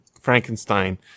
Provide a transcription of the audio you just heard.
Frankenstein